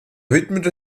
widmete